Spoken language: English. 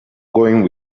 going